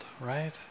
right